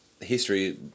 history